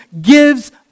gives